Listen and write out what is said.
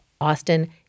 Austin